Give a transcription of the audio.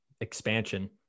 expansion